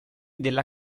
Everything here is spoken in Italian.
della